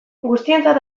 guztientzat